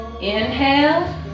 Inhale